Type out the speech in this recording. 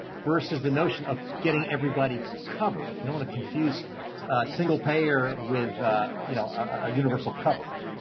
versus the notion of getting everybody cover you want to confuse single-payer with you know, a universal coverage.